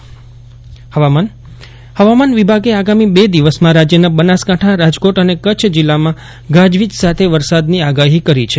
અશરથ નથવાણી હવામાન હવામાન વિભાગે આગામી બે દિવસમાં રાજ્યના બનાસકાંઠા રાજકોટ અને કચ્છ જિલ્લાઓમાં ગાજવીજ સાથે વરસાદની આગાહી કરી છે